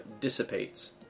dissipates